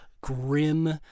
grim